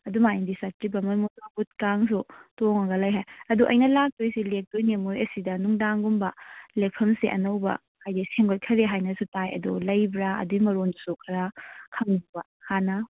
ꯑꯗꯨꯃꯥꯏꯅꯗꯤ ꯆꯠꯇ꯭ꯔꯤꯕ ꯃꯣꯏ ꯃꯣꯇꯣꯔ ꯕꯣꯠꯀꯥꯁꯨ ꯇꯣꯡꯉꯒ ꯂꯩ ꯍꯥꯏ ꯑꯗꯨ ꯑꯩꯅ ꯂꯥꯛꯇꯣꯏꯁꯤ ꯂꯦꯛꯇꯣꯏꯅꯤ ꯃꯣꯏ ꯑꯁꯤꯗ ꯅꯨꯡꯗꯥꯡꯒꯨꯝꯕ ꯂꯦꯛꯐꯝꯁꯦ ꯑꯅꯧꯕ ꯍꯥꯏꯗꯤ ꯁꯦꯝꯒꯠꯈꯔꯦ ꯍꯥꯏꯅꯁꯨ ꯇꯥꯏ ꯑꯗꯨ ꯂꯩꯕ꯭ꯔꯥ ꯑꯗꯨꯏ ꯃꯔꯣꯜꯗꯨꯁꯨ ꯈꯔ ꯈꯪꯅꯤꯡꯕ ꯍꯥꯟꯅ